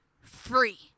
free